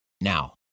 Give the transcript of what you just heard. Now